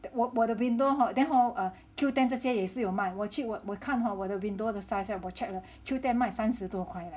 我我的 window hor then hor err Qoo ten 这些也是有卖我去我看 hor 我的 window 的 size [right] 我 check 了 Qoo ten 卖三十多块 leh